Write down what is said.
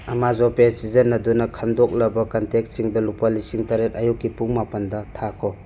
Amazon pay ꯁꯤꯖꯟꯅꯗꯨꯅ ꯈꯟꯗꯣꯛꯂꯕ ꯀꯟꯇꯦꯛꯁꯤꯡꯗ ꯂꯨꯄꯥ ꯂꯤꯁꯤꯡ ꯇꯔꯦꯠ ꯑꯌꯨꯛꯀꯤ ꯄꯨꯡ ꯃꯥꯄꯜꯗ ꯊꯥꯈꯣ